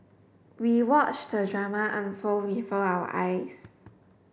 we watched the drama unfold before our eyes